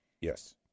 Yes